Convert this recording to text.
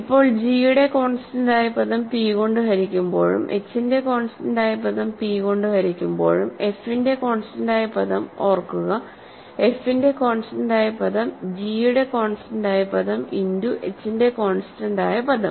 ഇപ്പോൾ g യുടെ constant ആയ പദം p കൊണ്ട് ഹരിക്കുമ്പോഴും h ന്റെ കോൺസ്റ്റന്റ് ആയ പദം p കൊണ്ട് ഹരിക്കുമ്പോഴും f ന്റെ കോൺസ്റ്റന്റ് ആയ പദം ഓർക്കുക f ന്റെ കോൺസ്റ്റന്റ് ആയ പദം g യുടെ കോൺസ്റ്റന്റ് ആയ പദം ഇന്റു h ന്റെ കോൺസ്റ്റന്റ് ആയ പദം